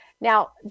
Now